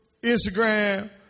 Instagram